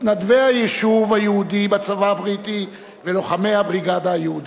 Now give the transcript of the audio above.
מתנדבי היישוב היהודי בצבא הבריטי ולוחמי הבריגדה היהודית.